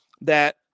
that-